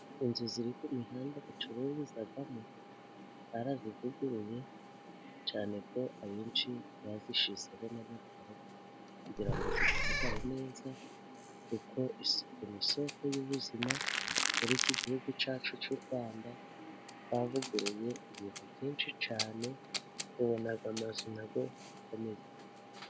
Inzu ziri ku mihanda bacururizamo. Barazivuguruye cyane ko abenshi bazishyizeho n'amakaro, kugira ngo zigaragare neza. Kuko isuku ni isoko y'ubuzima muri iki gihugu cyacu cy'u Rwanda. Bavuguruye ibintu byinshi cyane, ubu aya mazu na yo ba ameze neza.